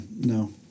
No